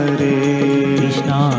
Krishna